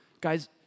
Guys